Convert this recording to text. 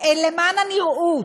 למען הנראות,